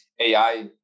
AI